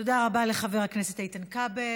תודה רבה לחבר הכנסת איתן כבל.